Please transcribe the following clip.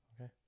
Okay